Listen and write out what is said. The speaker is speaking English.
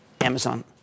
Amazon